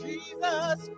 Jesus